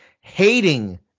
hating